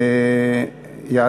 הצעות לסדר-היום מס' 659 ו-661.